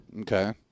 Okay